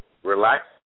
Relax